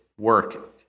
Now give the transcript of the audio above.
work